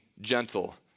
gentle